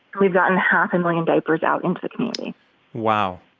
we've gotten half a million diapers out into the community wow.